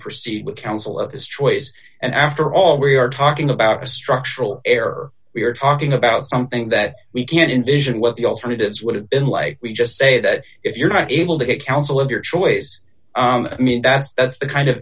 proceed with counsel of his choice and after all we are talking about a structural error we are talking about something that we can't envision what the alternatives would have been like we just say that if you're not able to get counsel of your choice i mean that's that's the kind of